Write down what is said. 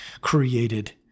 created